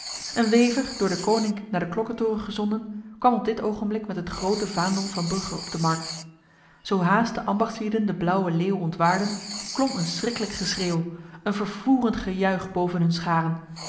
een wever door deconinck naar de klokkentoren gezonden kwam op dit ogenblik met het grote vaandel van brugge op de markt zohaast de ambachtslieden de blauwe leeuw ontwaarden klom een schriklijk geschreeuw een vervoerend gejuich boven hun scharen